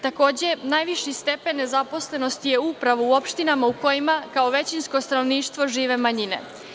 Takođe, najviši stepen nezaposlenosti je upravo u opštinama gde kao većinsko stanovništvo žive manjine.